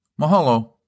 Mahalo